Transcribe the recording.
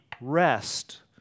rest